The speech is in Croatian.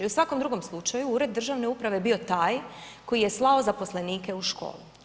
U svakom drugom slučaju Ured državne uprave je bio taj koji je slao zaposlenike u školu.